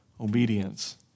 obedience